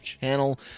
channel